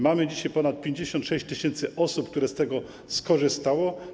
Mamy dzisiaj ponad 56 tys. osób, które z tego skorzystały.